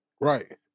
Right